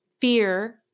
fear